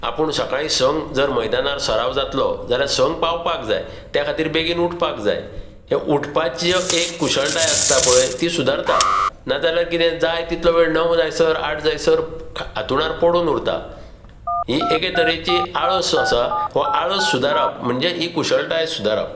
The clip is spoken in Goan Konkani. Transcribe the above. आपूण सकाळी सं जर मैदानार सराव जातलो जाल्यार सं पावपाक जाय त्या खातीर बेगीन उठपाक जाय हे उठपाची एक कुशळटाय आसता पळय ती सुदारता नाजाल्यार कितें जाय तितलो वेळ णव जायसर आठ जायसर हांतरुणार पडून उरता ही एके तरेची आळस जो आसा हो आळस सुदारप म्हणजे ही कुशळटाय सुदारप